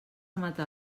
mata